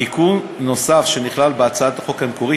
תיקון נוסף שנכלל בהצעת החוק המקורית